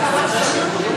לאורך הרבה הרבה הרבה זמן,